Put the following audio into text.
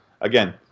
again